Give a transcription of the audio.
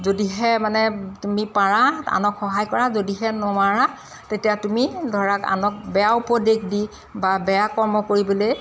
যদিহে মানে তুমি পাৰা আনক সহায় কৰা যদিহে নোৱাৰা তেতিয়া তুমি ধৰা আনক বেয়া উপদেশ দি বা বেয়া কৰ্ম কৰিবলৈ